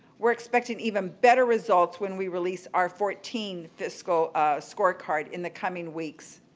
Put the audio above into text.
we're expecting even better results when we release our fourteen fiscal scorecard in the coming weeks.